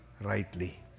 rightly